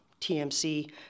TMC